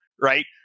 right